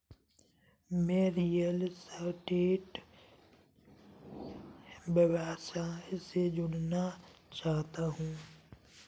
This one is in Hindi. मैं रियल स्टेट व्यवसाय से जुड़ना चाहता हूँ